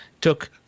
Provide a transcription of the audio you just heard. took